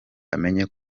batamenya